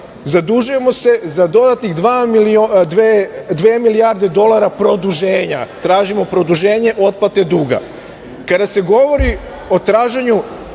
zadužujemo se za dodatnih dve milijarde dolara produženja, tražimo produženje otplate duga. Kada se govori o traženju